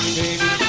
baby